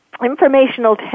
informational